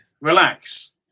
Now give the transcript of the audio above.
Relax